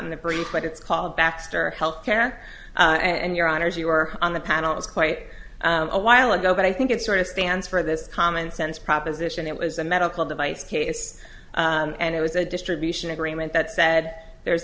the brief but it's called baxter health care and your honors you were on the panel is quite a while ago but i think it sort of stands for this common sense proposition it was a medical device case and it was a distribution agreement that said there's